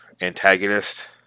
antagonist